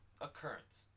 occurrence